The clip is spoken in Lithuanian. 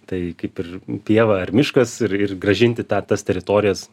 tai kaip ir pieva ar miškas ir ir grąžinti tą tas teritorijas